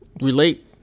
relate